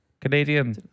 Canadian